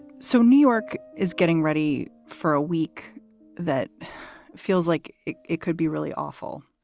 so new york is getting ready for a week that feels like it could be really awful.